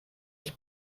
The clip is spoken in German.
sich